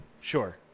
sure